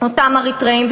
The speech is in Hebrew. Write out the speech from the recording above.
אותם אריתריאים.